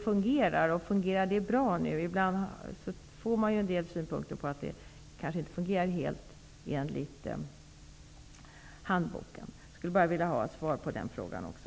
Fungerar detta bra nu? Ibland får man synpunkter på att det inte fungerar helt enligt handboken. Jag skulle bara vilja ha svar på dessa frågor också.